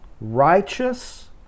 righteous